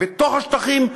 בתוך השטחים,